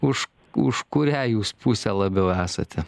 už už kurią jūs pusę labiau esate